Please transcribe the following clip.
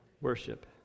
Worship